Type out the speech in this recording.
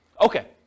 okay